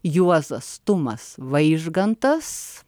juozas tumas vaižgantas